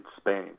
Spain